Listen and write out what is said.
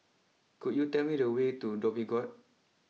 could you tell me the way to Dhoby Ghaut